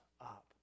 up